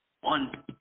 one